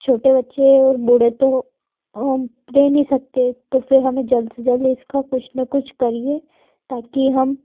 छोटे बच्चे और बूढ़े तो रह नहीं सकते तो फिर हमें जल्द से जल्द इसका कुछ ना कुछ करिए ताकि हम